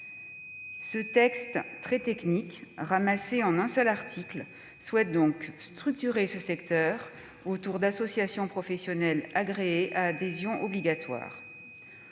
Ce texte très technique, ramassé en un seul article, souhaite donc structurer ce secteur autour d'associations professionnelles agréées à adhésion obligatoire.